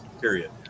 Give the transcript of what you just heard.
Period